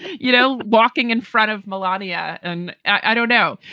you know, walking in front of malatya. and i don't know,